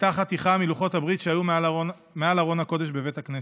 הייתה חתיכה מלוחות הברית שהיו מעל ארון הקודש בבית הכנסת.